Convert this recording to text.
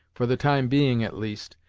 for the time being at least,